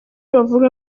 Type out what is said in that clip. bavuga